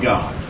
God